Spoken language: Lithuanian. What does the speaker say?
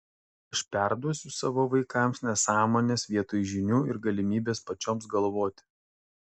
aš perduosiu savo vaikams nesąmones vietoj žinių ir galimybės pačioms galvoti